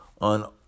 on